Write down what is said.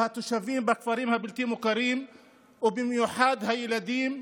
התושבים בכפרים הבלתי-מוכרים ובמיוחד הילדים,